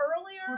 earlier